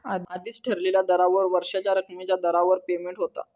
आधीच ठरलेल्या दरावर वर्षाच्या रकमेच्या दरावर पेमेंट होता